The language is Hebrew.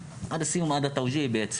לסיום, עד לתאוג'יהי.